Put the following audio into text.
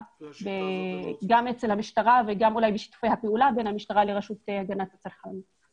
גם במשטרה ואולי גם בשיתופי פעולה בין המשטרה לרשות להגנת הצרכן.